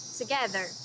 together